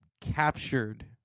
captured